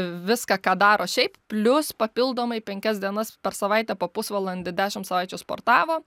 viską ką daro šiaip plius papildomai penkias dienas per savaitę po pusvalandį dešimt savaičių sportavo